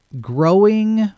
growing